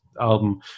album